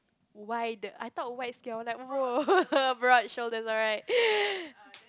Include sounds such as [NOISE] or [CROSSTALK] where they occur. why the I thought whites cannot like !woah! [LAUGHS] broad shoulders alright [LAUGHS]